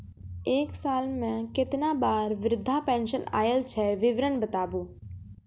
एक साल मे केतना बार वृद्धा पेंशन आयल छै विवरन बताबू?